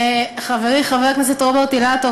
חברי חבר הכנסת רוברט אילטוב,